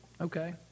Okay